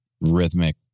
rhythmic